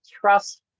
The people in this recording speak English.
trust